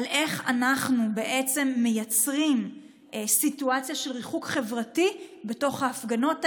איך אנחנו בעצם מייצרים סיטואציה של ריחוק חברתי בתוך ההפגנות האלה,